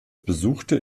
besuchte